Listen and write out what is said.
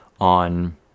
on